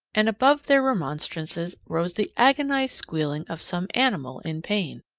and above their remonstrances rose the agonized squealing of some animal in pain.